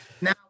now